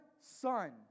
son